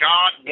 God